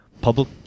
Public